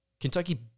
Kentucky